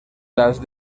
las